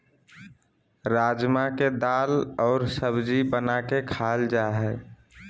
राजमा के दाल और सब्जी बना के खाल जा हइ